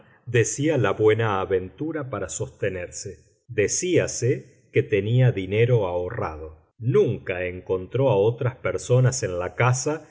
decía la buenaventura para sostenerse decíase que tenía dinero ahorrado nunca encontró a otras personas en la casa